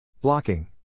Blocking